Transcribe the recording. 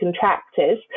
contractors